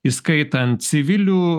įskaitant civilių